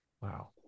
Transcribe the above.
Wow